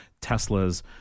Tesla's